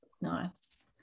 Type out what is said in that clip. nice